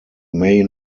may